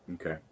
Okay